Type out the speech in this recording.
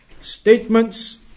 statements